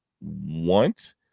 want